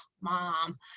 Mom